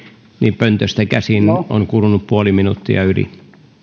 niin pöntöstä käsin on kulunut puoli minuuttia yli